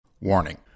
Warning